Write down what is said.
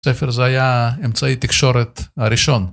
ספר זה היה אמצעי תקשורת הראשון.